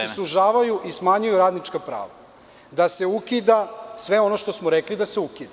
da se sužavaju i smanjuju radnička prava, da se ukida sve ono što smo rekli da se ukida?